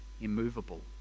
immovable